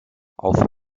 auf